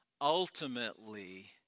ultimately